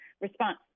response